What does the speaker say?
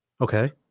Okay